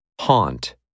Haunt